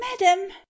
madam